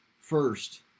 first